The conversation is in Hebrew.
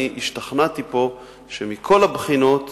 אני השתכנעתי פה שמכל הבחינות